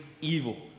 evil